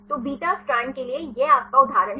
तो beta strand के लिए यह आपका उदाहरण है